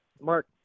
Mark